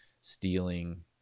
stealing